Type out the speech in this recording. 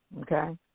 Okay